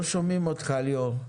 לא שומעים אותך, ליאור.